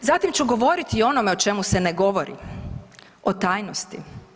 Zatim ću govoriti i o onome o čemu se ne govori o tajnosti.